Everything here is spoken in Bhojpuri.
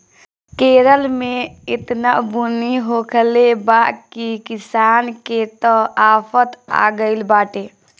केरल में एतना बुनी होखले बा की किसान के त आफत आगइल बाटे